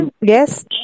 Yes